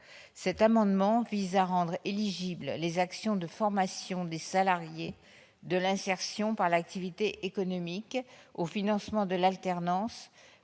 Cet amendement vise à rendre éligibles les actions de formation des salariés de l'insertion par l'activité économique, l'IAE, aux financements de l'alternance,